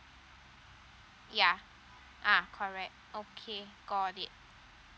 yeah ah correct okay got it